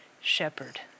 shepherd